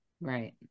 right